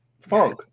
funk